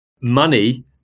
money